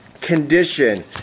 condition